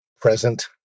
present